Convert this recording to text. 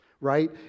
Right